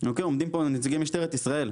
עומדים פה נציגי משטרת ישראל,